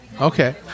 Okay